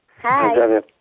Hi